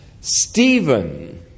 Stephen